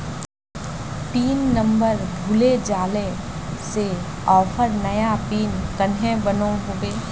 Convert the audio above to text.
Pin number भूले जाले से ऑफर नया पिन कन्हे बनो होबे?